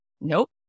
Nope